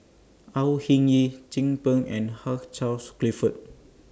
Au Hing Yee Chin Peng and Hugh Charles Clifford